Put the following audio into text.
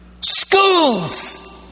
Schools